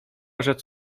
rzec